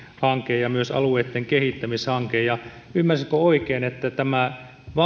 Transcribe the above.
ja myös alueitten kehittämishanke ymmärsinkö oikein että tämä